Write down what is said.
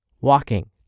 walking